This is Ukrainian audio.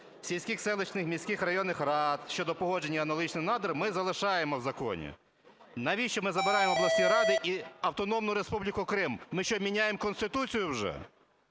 сільських, селищних, міських районних рад щодо погодження – аналогічно надра, ми залишаємо в законі. Навіщо ми забираємо обласні ради і Автономну Республіку Крим? Ми що, міняємо Конституцію вже?